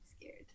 scared